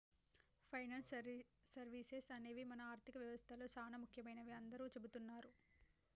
finance services అనేవి మన ఆర్థిక వ్యవస్తలో చానా ముఖ్యమైనవని అందరూ చెబుతున్నరు